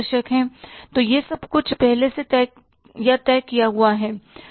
तो यह सब कुछ पहले से तय या तय किया हुआ है